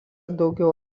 daugiau